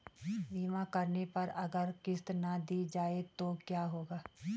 बीमा करने पर अगर किश्त ना दी जाये तो क्या होगा?